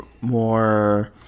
more